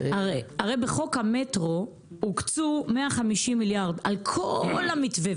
הרי בחוק המטרו הוקצו 150 מיליארד על כל המתווה.